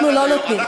מי נתן עד